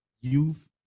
youth